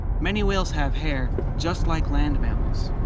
many whales have hair, just like land mammals.